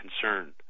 concern